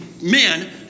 men